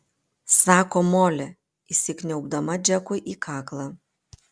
sako molė įsikniaubdama džekui į kaklą